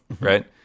right